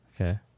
Okay